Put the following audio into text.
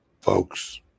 Folks